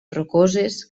rocoses